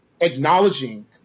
acknowledging